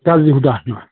गाज्रि हुदा नामा